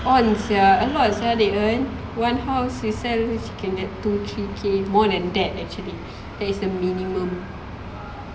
on sia a lot sia they earn one house they sell can get two three K more than that actually that is the minimum